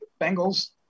Bengals